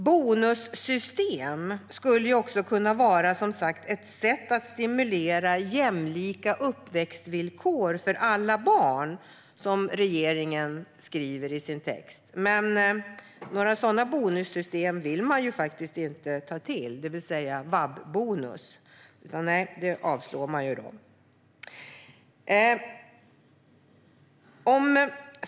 Bonussystem skulle också kunna vara ett sätt att stimulera - som majoriteten skriver i sin text - "jämlika uppväxtvillkor för alla barn". Men några sådana bonussystem vill man inte ta till, i varje fall inte vab-bonus som avstyrks.